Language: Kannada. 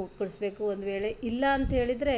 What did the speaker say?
ಮುಕ್ಕುಳಿಸ್ಬೇಕು ಒಂದುವೇಳೆ ಇಲ್ಲಾಂತ್ಹೇಳಿದರೆ